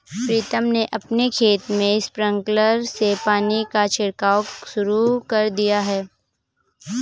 प्रीतम ने अपने खेत में स्प्रिंकलर से पानी का छिड़काव शुरू कर दिया है